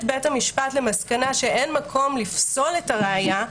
בית המשפט למסקנה שאין מקום לפסול את הראיה,